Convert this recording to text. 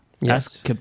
Yes